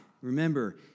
Remember